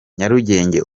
nyarugenge